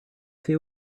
say